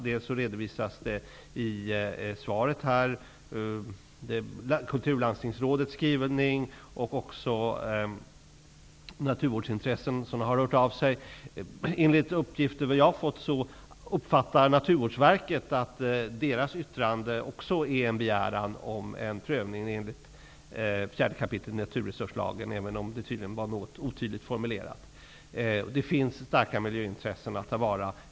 Det redovisas dels i svaret, dels i kulturlandstingsrådets skrivning. Även naturvårdsintressen har hört av sig. Enligt uppgifter som jag har fått uppfattar Naturvårdsverket att dess yttrande också är en begäran om en prövning enligt 4 kap. naturresurslagen, även om det tydligen var något otydligt formulerat. Det finns starka miljöintressen att ta till vara.